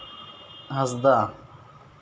ᱦᱟᱸᱥᱫᱟ